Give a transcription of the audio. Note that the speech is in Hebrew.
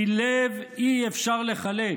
כי לב אי-אפשר לחלק.